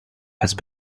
had